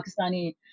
Pakistani